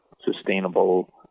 sustainable